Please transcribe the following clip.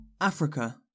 Africa